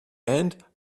and